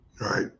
Right